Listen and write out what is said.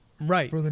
Right